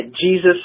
Jesus